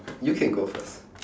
you can go first